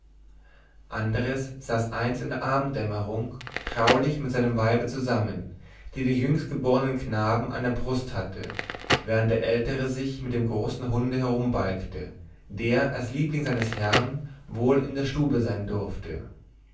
andres saß einst in der abenddämmerung traulich mit seinem weibe zusammen die den jüngstgebornen knaben an der brust hatte während der ältere sich mit dem großen hunde herumbalgte der als liebling seines herrn wohl in der stube sein durfte